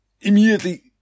immediately